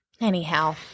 anyhow